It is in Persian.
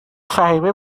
فهیمه